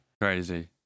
Crazy